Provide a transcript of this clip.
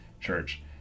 church